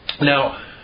Now